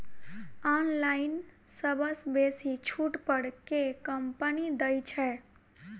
Online सबसँ बेसी छुट पर केँ कंपनी दइ छै?